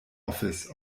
office